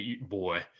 boy